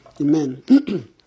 Amen